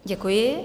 Děkuji.